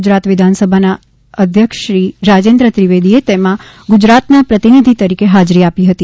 ગુજરાત વિધાનસભાના અધ્યક્ષશ્રી રાજેન્દ્ર ત્રિવેદીએ તેમાં ગુજરાતના પ્રતિનિધી તરીકે હાજરી આપી હતી